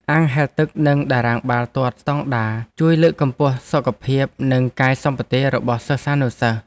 អាងហែលទឹកនិងតារាងបាល់ទាត់ស្តង់ដារជួយលើកកម្ពស់សុខភាពនិងកាយសម្បទារបស់សិស្សានុសិស្ស។